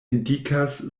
indikas